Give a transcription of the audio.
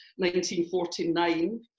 1949